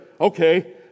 okay